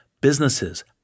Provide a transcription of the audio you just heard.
businesses